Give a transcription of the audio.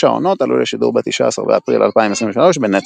העונות עלו לשידור ב-19 באפריל 2023 בנטפליקס.